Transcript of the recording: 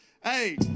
Hey